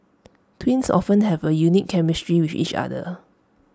twins often have A unique chemistry with each other